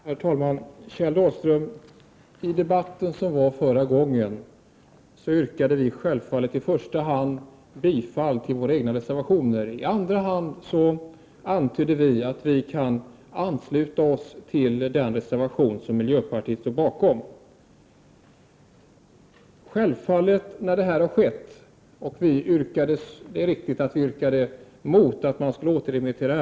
Herr talman! I debatten när ärendet var uppe förra gången yrkade vi självfallet i första hand bifall till våra egna reservationer. I andra hand antydde vi att vi kunde ansluta oss till den reservation som miljöpartiet står bakom. Det är riktigt att vi var emot att ärendet skulle återremitteras.